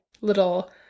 little